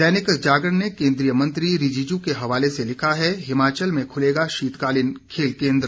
दैनिक जागरण ने केंद्रीय मंत्री रिजिजू के हवाले से लिखा है हिमाचल में खुलेगा शीतकालीन खेल केंद्र